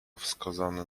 wskazany